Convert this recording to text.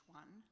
one